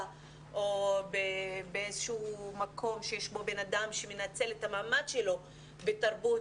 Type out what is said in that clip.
או באיזשהו מקום שיש בן אדם שמנצל את המעמד שלו בתרבות,